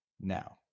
Now